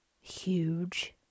huge